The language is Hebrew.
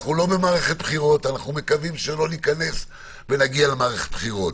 אנחנו לא במערכת בחירות ואנחנו מקווים שלא ניכנס ונגיע למערכת בחירות.